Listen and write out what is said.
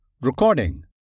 Recording